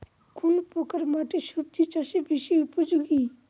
কোন প্রকার মাটি সবজি চাষে বেশি উপযোগী?